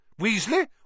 Weasley